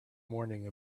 morning